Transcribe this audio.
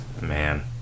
man